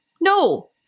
No